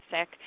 sick